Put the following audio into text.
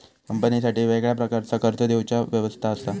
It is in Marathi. कंपनीसाठी वेगळ्या प्रकारचा कर्ज देवची व्यवस्था असा